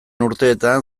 urteetan